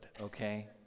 okay